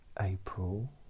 April